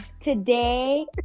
Today